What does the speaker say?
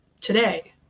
today